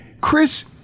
Chris